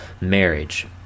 marriage